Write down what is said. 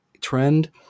trend